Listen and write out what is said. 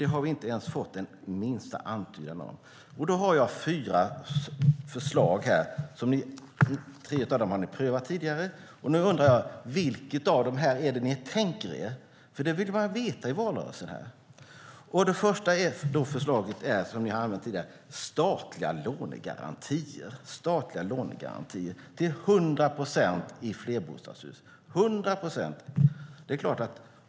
Vi har inte fått ens minsta antydan om det. Jag har fyra förslag. Tre av dem har ni prövat tidigare. Nu undrar jag vilket av dem ni tänker er. Det vill man veta i valrörelsen. Det första förslaget är statliga lånegarantier till 100 procent i flerbostadshus, ett system som ni har prövat.